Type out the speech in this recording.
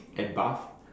and buff